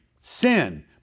Sin